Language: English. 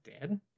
dead